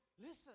Listen